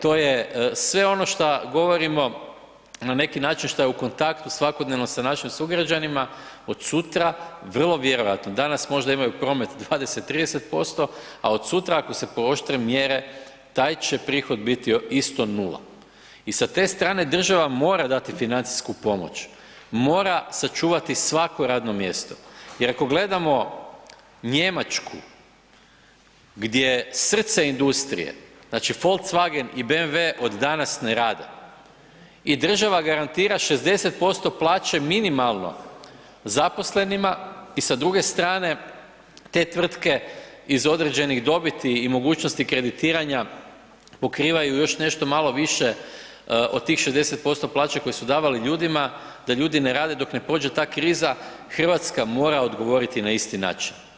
to je sve ono šta govorimo na neki način šta je u kontaktu svakodnevno sa našim sugrađanima, od sutra vrlo vjerovatno, danas možda imaju promet 20, 30% a od sutra ako se pooštre mjere, taj će prihod biti isto 0. I sa te strane država mora dati financijsku pomoć, mora sačuvati svako radno mjesto jer ako gledamo Njemačku gdje je srce industrije, znači Wolkswagen i BMW od danas ne rade i država garantira 60% plaće minimalno zaposlenima i sa druge strane te tvrtke iz određenih dobiti i mogućnosti kreditiranja, pokrivaju još nešto malo više od tih 60% plaće koje su davali ljudima da ljudi ne rade dok ne prođe ta kriza, Hrvatska mora odgovoriti na isti način.